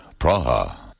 Praha